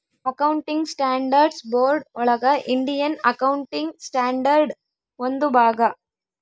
accounting standards board ಒಳಗ Indian accounting standard ಒಂದು ಭಾಗ